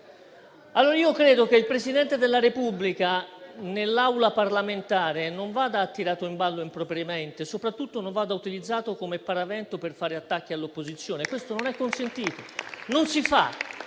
Io credo che il Presidente della Repubblica in un'Aula parlamentare non vada tirato in ballo impropriamente e soprattutto non vada utilizzato come paravento per fare attacchi all'opposizione. Questo non è consentito, non si fa